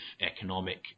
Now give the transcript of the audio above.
economic